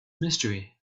mystery